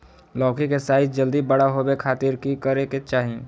लौकी के साइज जल्दी बड़ा होबे खातिर की करे के चाही?